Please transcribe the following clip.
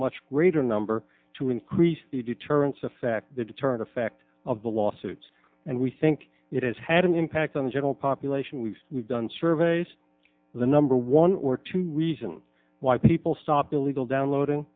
much greater number to increase the deterrence effect the deterrent effect of the lawsuits and we think it has had an impact on the general population we've done surveys the number one or two reasons why people stop illegal downloading